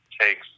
takes